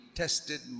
tested